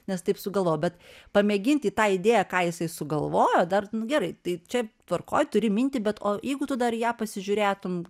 nes taip sugalvojau bet pamėgint į tą idėją ką jisai sugalvojo dar gerai tai čia tvarkoj turi mintį bet o jeigu tu dar į ją pasižiūrėtum